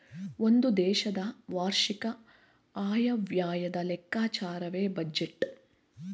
ಒಂದು ದೇಶದ ವಾರ್ಷಿಕ ಆಯವ್ಯಯದ ಲೆಕ್ಕಾಚಾರವೇ ಬಜೆಟ್